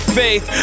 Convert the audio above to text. faith